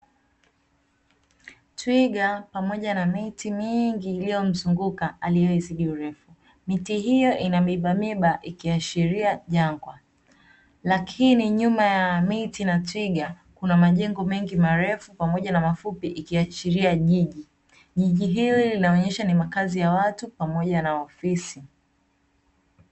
Twiga pamoja na miti mingi iliyomzunguka, aliyoizidi urefu. Miti hiyo ina miibamiiba ikiashiria jangwa. Lakini nyuma ya miti na twiga kuna majengo mengi marefu pamoja na mafupi, ikiashiria jiji. Jiji hili linaonyesha ni makazi ya watu pamoja na ofisi.